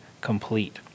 complete